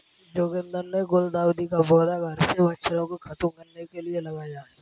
जोगिंदर ने गुलदाउदी का पौधा घर से मच्छरों को खत्म करने के लिए लगाया